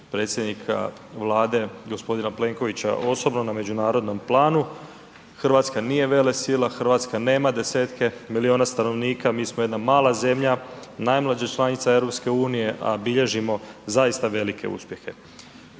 predsjednika Vlade gospodina Plenkovića osobno na međunarodnom planu, Hrvatska nije velesila, Hrvatska nema 10-tke miliona stanovnika, mi smo jedna mala zemlja, najmlađa članica EU, a bilježimo zaista velike uspjehe.